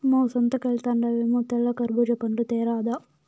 మ్మే సంతకెల్తండావేమో తెల్ల కర్బూజా పండ్లు తేరాదా